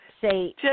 say